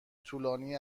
طولانی